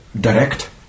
direct